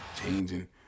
changing